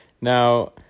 Now